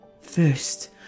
First